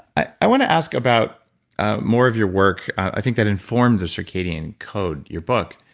i i want to ask about more of your work. i think that informs a circadian code, your book.